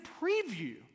preview